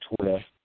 Twitter